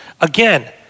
Again